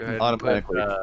Automatically